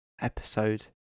episode